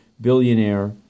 billionaire